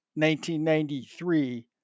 1993